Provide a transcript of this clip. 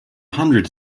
hundreds